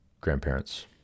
grandparents